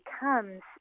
becomes